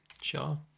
Sure